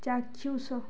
ଚାକ୍ଷୁଷ